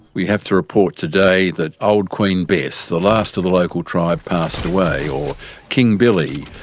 we have to report today that old queen bess, the last of the local tribe, passed away. or king billy,